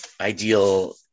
Ideal